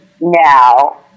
now